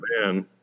man